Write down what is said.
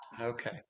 okay